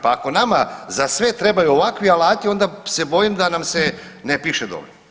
Pa ako nama za sve treba ovakvi alati onda se bojim da nam se ne piše dobro.